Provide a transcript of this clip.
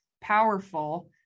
powerful